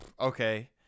Okay